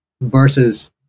versus